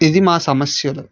ఇది మా సమస్యలు